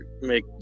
make